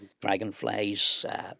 dragonflies